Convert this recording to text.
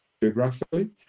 geographically